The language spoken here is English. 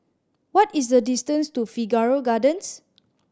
what is the distance to Figaro Gardens